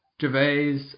Gervais